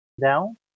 down